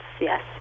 yes